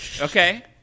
Okay